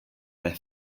their